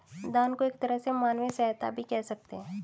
दान को एक तरह से मानवीय सहायता भी कह सकते हैं